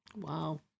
Wow